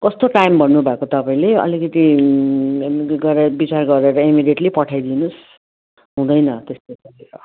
कस्तो टाइम भन्नु भएको तपाईँले अलिकति गरे विचार गरेर इमिडेट्ली पठाइदिनुस् हुँदैन त्यस्तो गरेर